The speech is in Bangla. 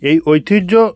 এই ঐতিহ্য